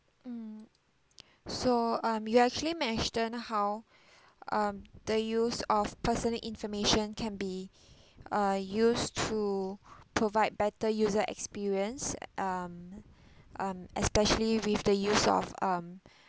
mm so um you actually mentioned how um the use of personal information can be uh used to provide better user experience um um especially with the use of um